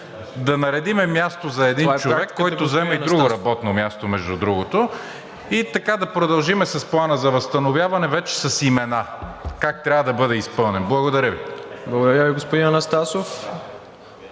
да наредим място за един човек, който заема и друго работно място, между другото, и така да продължим с Плана за възстановяване вече с имена как трябва да бъде изпълнен. Благодаря Ви. ПРЕДСЕДАТЕЛ МИРОСЛАВ ИВАНОВ: Благодаря Ви, господин Анастасов.